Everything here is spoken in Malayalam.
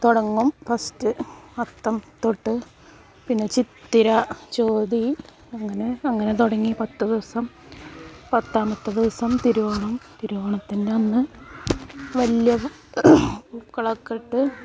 തുടങ്ങും ഫസ്റ്റ് അത്തം തൊട്ട് പിന്നെ ചിത്തിര ചോതി അങ്ങനെ അങ്ങനെ തുടങ്ങി പത്തു ദിവസം പത്താമത്തെ ദിവസം തിരുവോണം തിരുവോണത്തിൻ്റെ അന്ന് വലിയ പൂക്കളൊക്കെ ഇട്ട്